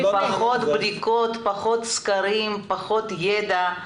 ופחות בדיקות, פחות סקרים, פחות ידע.